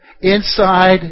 inside